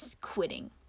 quitting